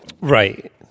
Right